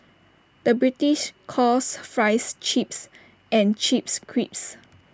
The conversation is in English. the British calls Fries Chips and Chips Crisps